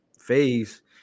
phase